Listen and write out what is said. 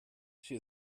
she